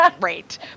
great